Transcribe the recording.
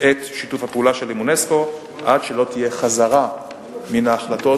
את שיתוף הפעולה שלה עם אונסק"ו עד שלא תהיה חזרה מן ההחלטות